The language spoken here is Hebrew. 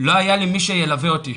לא היה לי מי שילווה אותי,